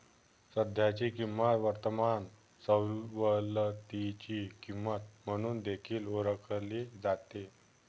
सध्याची किंमत वर्तमान सवलतीची किंमत म्हणून देखील ओळखली जाते